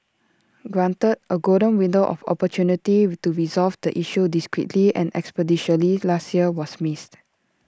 granted A golden window of opportunity to resolve the issue discreetly and expeditiously last year was missed